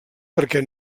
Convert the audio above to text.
perquè